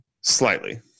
Slightly